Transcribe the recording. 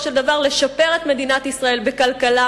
של דבר לשפר את מדינת ישראל בכלכלה,